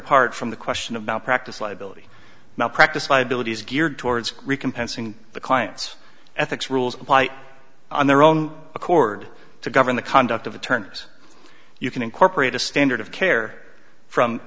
apart from the question of malpractise liability malpractise liability is geared towards rican pence in the client's ethics rules apply on their own accord to govern the conduct of attorneys you can incorporate a standard of care from